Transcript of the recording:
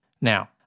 Now